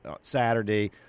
Saturday